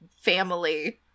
family